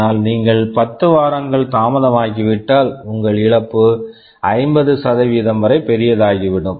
ஆனால் நீங்கள் 10 வாரங்கள் தாமதமாகிவிட்டால் உங்கள் இழப்பு 50 வரை பெரியதாகிவிடும்